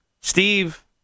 Steve